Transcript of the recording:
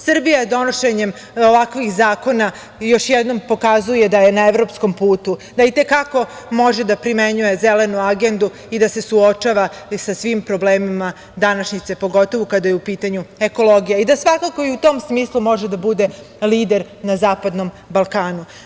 Srbija donošenjem ovakvih zakona još jednom pokazuje da je na evropskom putu, da i te kako može da primenjuje zelenu agendu i da se suočava sa svim problemima današnjice, pogotovo kada je u pitanju ekologija, i da svakako i u tom smislu može da bude lider na zapadnom Balkanu.